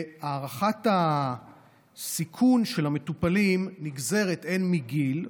הערכת הסיכון של המטופלים נגזרת הן מגיל,